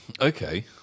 Okay